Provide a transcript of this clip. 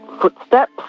footsteps